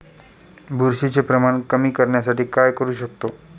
बुरशीचे प्रमाण कमी करण्यासाठी काय करू शकतो?